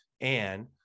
and-